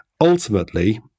Ultimately